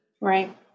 Right